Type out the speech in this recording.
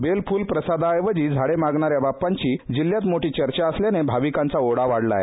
bell फुल प्रसाद ऐवजी झाड मागणाऱ्या बाप्पाची जिल्ह्यात मोठी चर्चा सुरू झाल्याने भाविकांचा ओढा वाढलाय